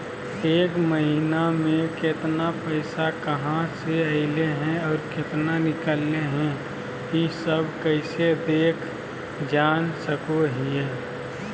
एक महीना में केतना पैसा कहा से अयले है और केतना निकले हैं, ई सब कैसे देख जान सको हियय?